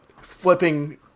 flipping